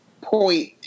point